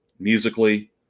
musically